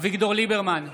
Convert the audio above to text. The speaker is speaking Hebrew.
אביגדור ליברמן,